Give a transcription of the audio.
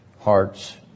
hearts